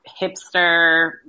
hipster